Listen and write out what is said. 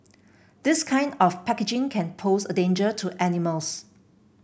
this kind of packaging can pose a danger to animals